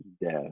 death